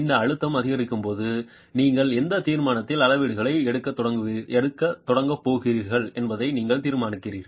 இந்த அழுத்தம் அதிகரிக்கும் போது நீங்கள் எந்த தீர்மானத்தில் அளவீடுகளை எடுக்கத் தொடங்கப் போகிறீர்கள் என்பதை நீங்கள் தீர்மானிக்கிறீர்கள்